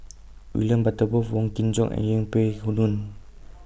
William Butterworth Wong Kin Jong and Yeng Pway Ngon